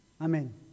Amen